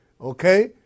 Okay